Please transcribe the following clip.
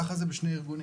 ככה זה עם שני ארגונים.